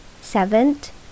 Seventh